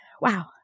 Wow